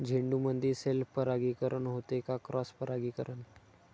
झेंडूमंदी सेल्फ परागीकरन होते का क्रॉस परागीकरन?